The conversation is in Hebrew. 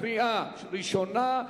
קריאה ראשונה,